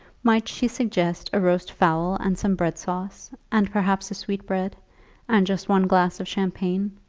might she suggest a roast fowl and some bread sauce, and perhaps a sweetbread and just one glass of champagne?